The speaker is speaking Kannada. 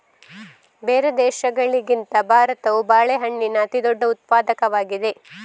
ಬೇರೆ ದೇಶಗಳಿಗಿಂತ ಭಾರತವು ಬಾಳೆಹಣ್ಣಿನ ಅತಿದೊಡ್ಡ ಉತ್ಪಾದಕವಾಗಿದೆ